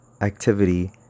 activity